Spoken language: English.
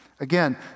Again